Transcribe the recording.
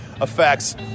affects